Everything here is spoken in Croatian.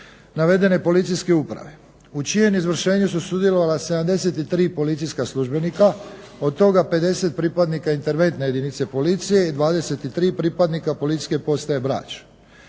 navedene policijske uprave, u čijem izvršenju su sudjelovala 73 policijska službenika, od toga 50 pripadnika interventne jedinice policije i 23 pripadnika policijske postaje Brač.